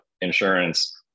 insurance